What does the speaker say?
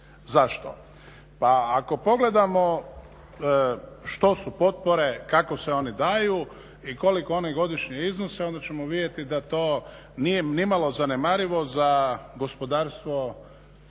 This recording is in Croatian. Zašto? Pa ako pogledamo što su potpore, kako se one daju i koliko one godišnje iznose onda ćemo vidjeti da to nije nimalo zanemarivo za gospodarstvo